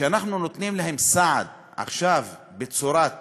שאנחנו נותנים להם סעד עכשיו בצורת